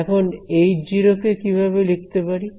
এখন H0 কে কিভাবে লিখতে পারি